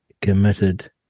committed